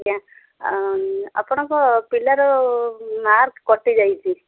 ଆଜ୍ଞା ଆପଣଙ୍କ ପିଲାର ମାର୍କ କଟି ଯାଇଛି